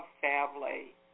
family